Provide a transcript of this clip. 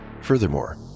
Furthermore